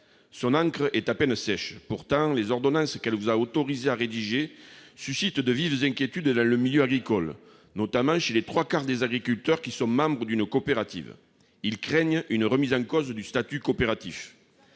Son encre est à peine sèche. Pourtant, les ordonnances qu'elle vous a autorisés à rédiger suscitent de vives inquiétudes dans le milieu agricole, notamment chez les trois quarts des agriculteurs membres d'une coopérative, qui craignent une remise en cause du statut coopératif.